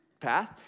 path